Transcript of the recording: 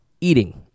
eating